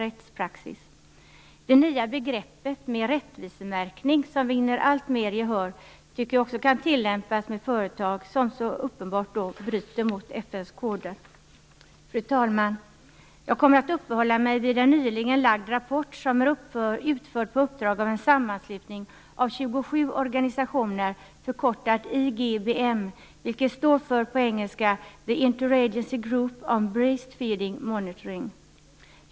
Jag tycker att det nya begreppet rättsutmärkning, som alltmer vinner gehör, kan tillämpas på företag som uppenbart bryter mot FN:s regler. Fru talman! Jag kommer att uppehålla mig vid en nyligen framlagd rapport, som utförts på uppdrag av en sammanslutning av 27 organisationer, The Interagency Group of Breastfeeding Monitoring, IGBM.